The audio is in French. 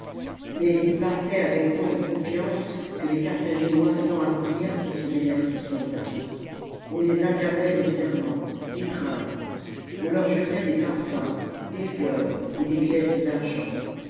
mais ils partaient avec tant de confiance que les carthaginois s'enhardirent et se mêlèrent aux soldats on les accablait de serments d'étreintes on leur jetait des parfums des fleurs et des pièces d'argent